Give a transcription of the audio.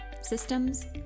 systems